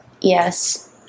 Yes